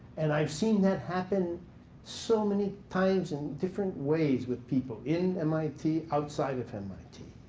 and i've seen that happen so many times in different ways with people in mit, outside of mit.